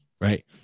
right